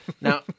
Now